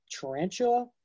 tarantula